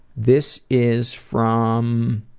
this is from